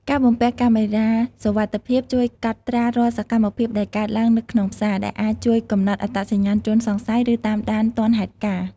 ការបំពាក់កាមេរ៉ាសុវត្ថិភាពជួយកត់ត្រារាល់សកម្មភាពដែលកើតឡើងនៅក្នុងផ្សារ ដែលអាចជួយកំណត់អត្តសញ្ញាណជនសង្ស័យ ឬតាមដានទាន់ហេតុការណ៍។